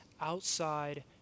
outside